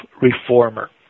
reformer